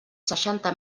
seixanta